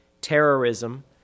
terrorism